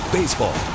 baseball